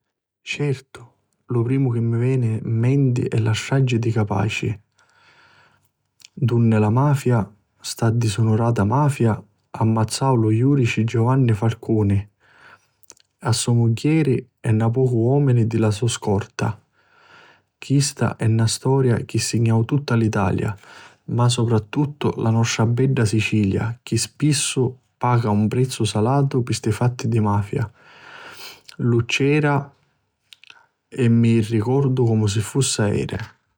Certu! Lu primu chi mi veni 'n menti è la Stragi di Capaci, dunni la mafia, sta sdisonurata mafia, ammazzau lu judici Giuvanni Falcuni, a so mugghieri e napocu di l'omini di la scorta. Chista è na storia chi signau tutta l'Italia ma soprattuttu la nostra bedda Sicilia chi spissu paca un prezzu salatu pi sti fatti di mafia. Iu c'era e mi lu ricordu comu si fussi aeri.